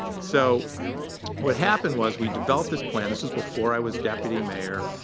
so what happened was we developed this plan. this was before i was deputy mayor.